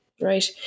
Right